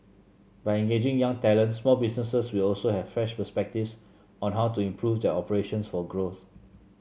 by engaging young talent small businesses will also have fresh perspectives on how to improve their operations for growth